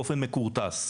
באופן מכורטס.